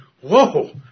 Whoa